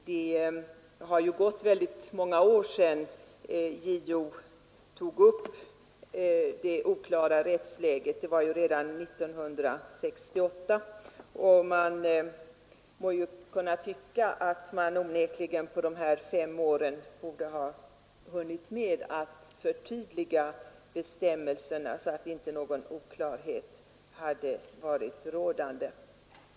Det har gått många år sedan JO tog upp det oklara rättsläget — det var redan 1968 — och jag tycker att man onekligen under de här fem åren borde ha hunnit med att förtydliga bestämmelserna, så att någon oklarhet inte behövt råda.